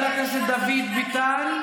אבל זאת האלימות שלכם.